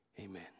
Amen